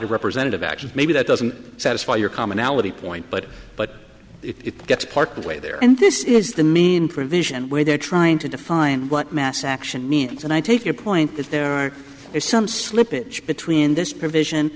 to representative actions maybe that doesn't satisfy your commonality point but but it gets part way there and this is the main provision where they're trying to define what mass action means and i take your point that there are is some slippage between this provision